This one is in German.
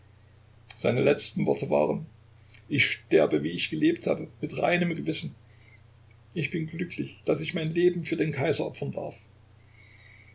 seine letzten worte waren ich sterbe wie ich gelebt habe mit reinem gewissen ich bin glücklich daß ich mein leben für den kaiser opfern darf